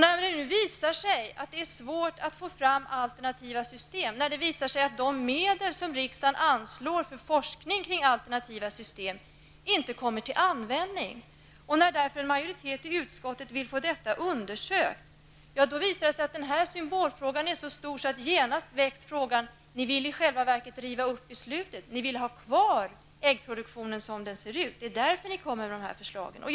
När det nu visar sig att det är svårt att få fram alternativa system och att de medel som riksdagen anslår för forskning om alternativa system inte kommer till användning och en majoritet i utskottet därför vill få till stånd en undersökning, visar det sig att symbolfrågan är mycket stor. Genast väcks frågan om man i själva verket vill riva upp beslutet och ha kvar äggproduktionen som den nu ser ut. Det är därför förslagen läggs fram, heter det.